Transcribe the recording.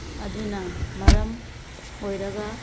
ꯑꯗꯨꯅ ꯃꯔꯝ ꯑꯣꯏꯔꯒ